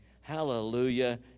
Hallelujah